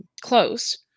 close